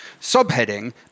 Subheading